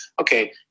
okay